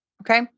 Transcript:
okay